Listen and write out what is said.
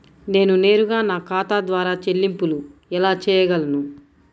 నేను నేరుగా నా ఖాతా ద్వారా చెల్లింపులు ఎలా చేయగలను?